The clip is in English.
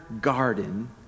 garden